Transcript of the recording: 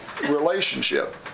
relationship